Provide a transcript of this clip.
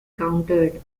countered